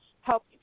help